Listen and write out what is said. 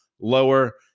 lower